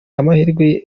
amahirwe